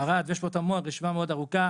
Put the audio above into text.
ערד - יש פה עוד רשימה מאוד ארוכה